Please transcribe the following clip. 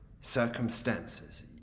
circumstances